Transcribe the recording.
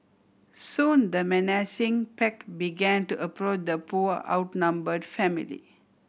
soon the menacing pack began to approach the poor outnumber family